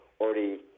already